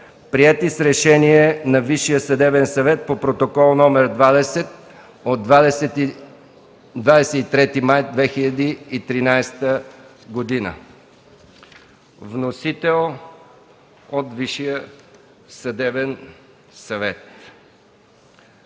приети с решение на Висшия съдебен съвет по Протокол № 20 от 23 май 2013 г., вносител – Висшият съдебен съвет.